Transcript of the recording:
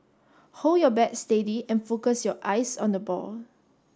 hold your bat steady and focus your eyes on the ball